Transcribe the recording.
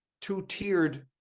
two-tiered